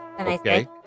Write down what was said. okay